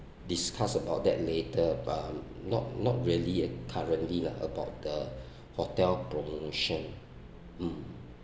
discuss about that later um not not really currently lah about the hotel promotion mm